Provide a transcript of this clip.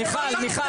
מיכל, מיכל.